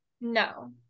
no